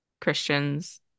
Christians